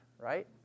right